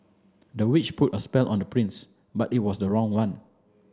the witch put a spell on the prince but it was the wrong one